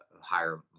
higher